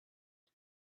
the